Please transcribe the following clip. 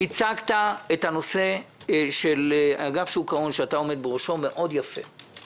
הצגת את הנושא של אגף שוק ההון שאתה עומד בראשו יפה מאוד,